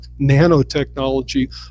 nanotechnology